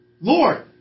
Lord